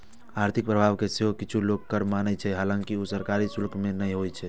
आर्थिक प्रभाव कें सेहो किछु लोक कर माने छै, हालांकि ऊ सरकारी शुल्क नै होइ छै